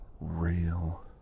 real